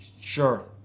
Sure